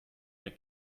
der